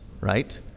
Right